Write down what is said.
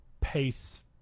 pace